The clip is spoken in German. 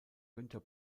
günter